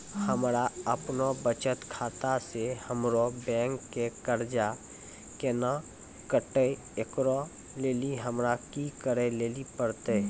हमरा आपनौ बचत खाता से हमरौ बैंक के कर्जा केना कटतै ऐकरा लेली हमरा कि करै लेली परतै?